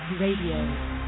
Radio